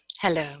Hello